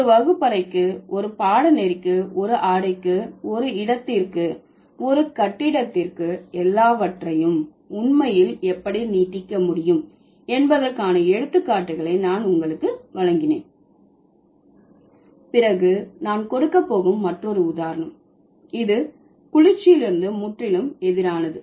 ஒரு வகுப்பறைக்கு ஒரு பாடநெறிக்கு ஒரு ஆடைக்கு ஒரு இடத்திற்கு ஒரு கட்டிடத்திற்கு எல்லாவற்றையும் உண்மையில் எப்படி நீட்டிக்க முடியும் என்பதற்கான எடுத்துக்காட்டுகளை நான் உங்களுக்கு வழங்கினேன் பிறகு நான் கொடுக்க போகும் மற்றொரு உதாரணம் இது குளிர்ச்சியிலிருந்து முற்றிலும் எதிரானது